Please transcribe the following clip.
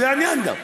זה העניין גם.